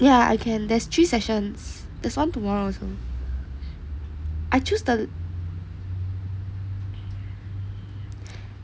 yeah I can there's three sessions there's one tomorrow also I choose the